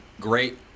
great